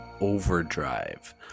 Overdrive